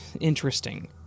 interesting